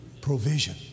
Provision